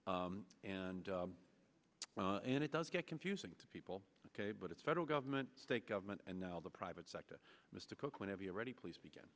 and and it does get confusing to people ok but it's federal government state government and now the private sector mr cook whenever you're ready please beg